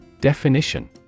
Definition